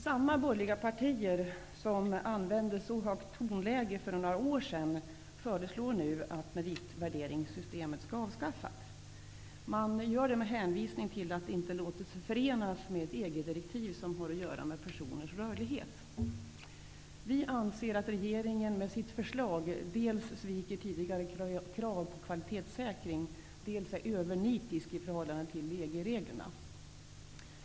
Samma borgerliga partier som använde så högt tonläge för några år sedan föreslår nu att meritvärderingssystemet skall avskaffas. Och det gör man med hänvisning till att det inte låter sig förenas med ett EG-direktiv som har att göra med personers rörlighet. Vi anser att regeringen med sitt förslag dels sviker tidigare krav på kvalitetssäkring, dels är övernitisk i förhållande till EG-reglerna.